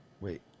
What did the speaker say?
Wait